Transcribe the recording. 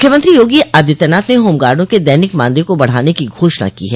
मुख्यमंत्री योगी आदित्यनाथ ने होमगार्डो के दैनिक मानदेय को बढ़ाने की घोषणा की है